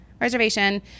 Reservation